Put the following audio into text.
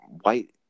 white